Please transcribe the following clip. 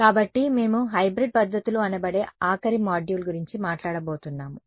కాబట్టి మేము హైబ్రిడ్ పద్ధతులు అనబడే ఆఖరి మాడ్యూల్ గురించి మాట్లాడబోతున్నాము